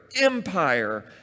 empire